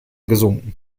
gesunken